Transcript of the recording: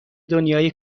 دنیای